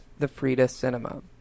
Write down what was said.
thefridacinema